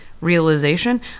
realization